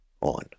on